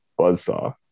buzzsaw